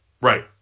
Right